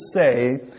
say